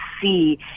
see